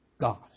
God